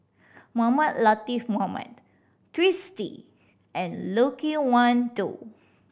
Mohamed Latiff Mohamed Twisstii and Loke Wan Tho